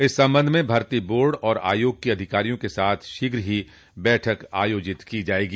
इस संबंध में भर्ती बोर्ड और आयोग के अधिकारियों के साथ शीघ्र ही बैठक आयोजित की जायेगी